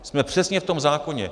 Jsme přesně v tom zákoně.